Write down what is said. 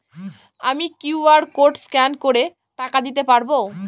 আমি QR code scan করে টাকা দিতে পারবো?